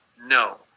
No